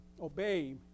obey